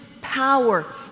power